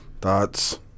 thoughts